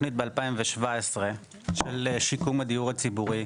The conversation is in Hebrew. תוכנית ב-2017 של שיקום הדיור הציבורי,